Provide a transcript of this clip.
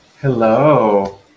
Hello